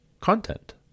content